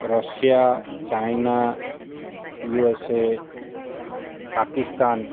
Russia China USA Pakistan